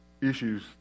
issues